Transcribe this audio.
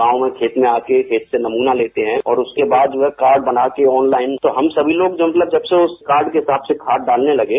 गांव और खेत में आकर नमूना लेते हैं और उसके बाद वह कार्ड बनाते है ऑनलाइन तो हम सभी लोग जब से उस कार्ड के हिसाब से खाद डालने लगे